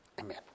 Amen